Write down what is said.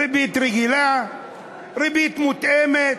ריבית רגילה, ריבית מותאמת,